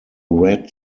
red